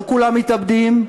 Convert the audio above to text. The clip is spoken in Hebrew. לא כולם מתאבדים,